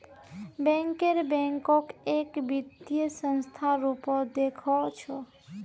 banker बैंकक एक वित्तीय संस्थार रूपत देखअ छ